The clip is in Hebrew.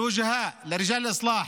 למכובדים, לאנשי הגישור: